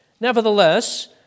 Nevertheless